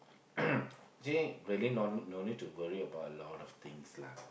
actually really no no need to worry about a lot of things lah